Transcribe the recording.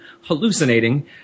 hallucinating